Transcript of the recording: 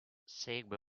segue